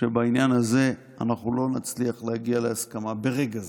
שבעניין הזה אנחנו לא נצליח להגיע להסכמה ברגע זה.